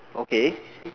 okay